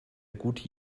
gute